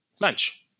lunch